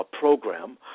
program